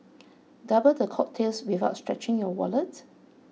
double the cocktails without stretching your wallet